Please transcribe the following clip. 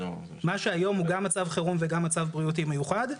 מה שהיום הוא גם מצב חירום וגם מצב בריאותי מיוחד.